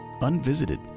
unvisited